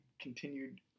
Continued